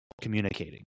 communicating